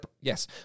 Yes